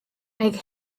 make